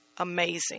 Amazing